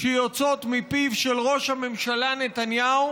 שיוצאות מפיו של ראש הממשלה נתניהו,